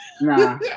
Nah